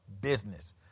business